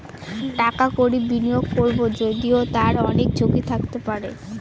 টাকা কড়ি বিনিয়োগ করবো যদিও তার অনেক ঝুঁকি থাকতে পারে